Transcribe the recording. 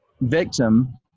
victim